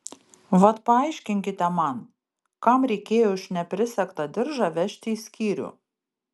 vat paaiškinkite man kam reikėjo už neprisegtą diržą vežti į skyrių